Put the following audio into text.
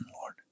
Lord